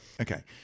Okay